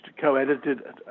co-edited